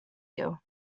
you